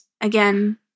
again